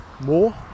more